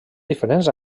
diferents